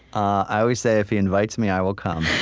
i always say, if he invites me, i will come